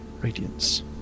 radiance